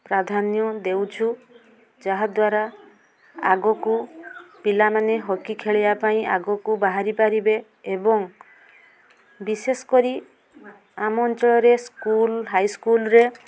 ପ୍ରାଧାନ୍ୟ ଦେଉଛୁ ଯାହାଦ୍ଵାରା ଆଗକୁ ପିଲାମାନେ ହକି ଖେଳିବା ପାଇଁ ଆଗକୁ ବାହାରି ପାରିବେ ଏବଂ ବିଶେଷ କରି ଆମ ଅଞ୍ଚଳରେ ସ୍କୁଲ୍ ହାଇସ୍କୁଲ୍ରେ